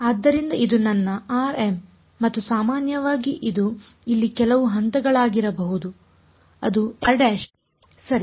ಆದ್ದರಿಂದ ಇದು ನನ್ನ rm ಮತ್ತು ಸಾಮಾನ್ಯವಾಗಿ ಇದು ಇಲ್ಲಿ ಕೆಲವು ಹಂತಗಳಾಗಿರಬಹುದು ಅದು ಸರಿ